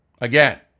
Again